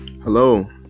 Hello